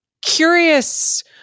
curious